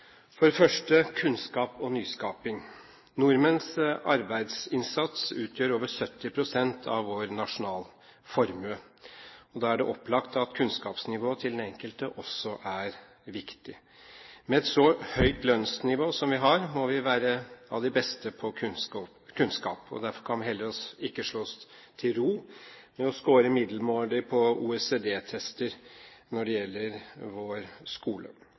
for det første kunnskap og nyskaping: Nordmenns arbeidsinnsats utgjør over 70 pst. av vår nasjonalformue. Da er det opplagt at kunnskapsnivået til den enkelte også er viktig. Med et så høyt lønnsnivå som vi har, må vi være av de beste på kunnskap, og derfor kan vi heller ikke slå oss til ro med å skåre middelmådig på OECD-tester når det gjelder vår skole.